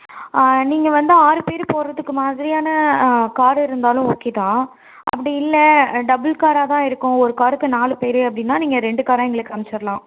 ஆ நீங்கள் வந்து ஆறு பேர் போகிறதுக்கு மாதிரியான காரு இருந்தாலும் ஓகே தான் அப்படி இல்லை டபுள் காராக தான் இருக்கும் ஒரு காருக்கு நாலு பேர் அப்படின்னா நீங்கள் ரெண்டு காராக எங்களுக்கு அமிச்சிர்லாம்